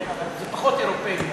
כן, אבל זה פחות אירופי מאירופה.